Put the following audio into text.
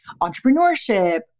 entrepreneurship